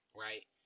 right